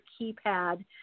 keypad